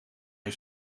een